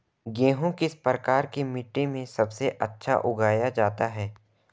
गेहूँ किस प्रकार की मिट्टी में सबसे अच्छा उगाया जाता है?